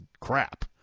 crap